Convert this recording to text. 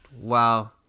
Wow